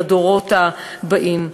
לדורות הבאים.